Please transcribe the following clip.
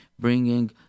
Bringing